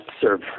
serve